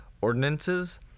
ordinances